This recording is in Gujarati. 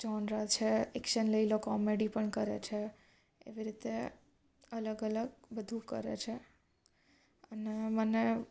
ઝોનરા છે એક્શન લઇ લો કોમેડી પણ કરે છે એવી રીતે અલગ અલગ બધું કરે છે અને મને